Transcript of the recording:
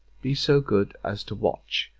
be so good as to watch,